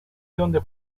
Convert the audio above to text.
donde